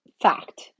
fact